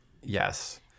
Yes